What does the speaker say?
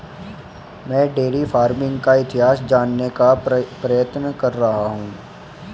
मैं dairy farming का इतिहास जानने का प्रयत्न कर रहा हूं